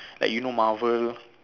like you know Marvel